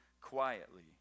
quietly